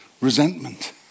Resentment